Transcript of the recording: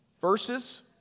verses